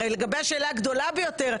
הרי לגבי השאלה הגדולה ביותר,